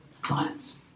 clients